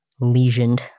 lesioned